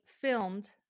filmed